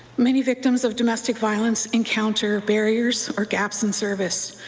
many victims of domestic violence encounter barriers or gaps in service.